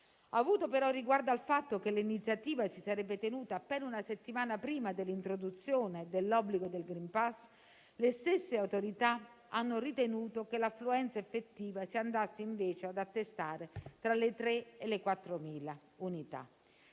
Avuto però riguardo al fatto che l'iniziativa si sarebbe tenuta appena una settimana prima dell'introduzione dell'obbligo del *green pass*, le stesse autorità hanno ritenuto che l'affluenza effettiva si andasse invece ad attestare tra le 3.000 e le 4.000 unità.